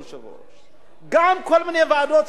גם כל מיני ועדות שראש הממשלה הקים,